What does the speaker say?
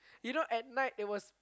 you know at night it was